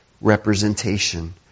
representation